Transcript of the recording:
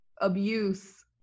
abuse